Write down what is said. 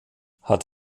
hat